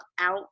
out